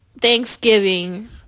Thanksgiving